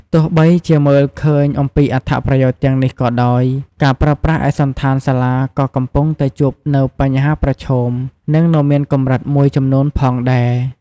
ទោះបីជាមើលឃើញអំពីអត្ថប្រយោជន៍ទាំងនេះក៏ដោយ ការប្រើប្រាស់ឯកសណ្ឋានសាលាក៏កំពុងតែជួបនៅបញ្ហាប្រឈមនិងនៅមានកម្រិតមួយចំនួនផងដែរ។